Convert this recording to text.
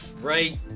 Right